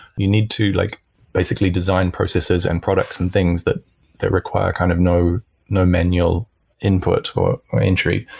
you need to like basically design processes and products and things that that require kind of no no manual input or or entry.